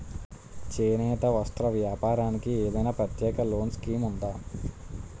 చేనేత వస్త్ర వ్యాపారానికి ఏదైనా ప్రత్యేక లోన్ స్కీం ఉందా?